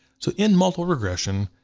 so in multiple regression,